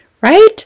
right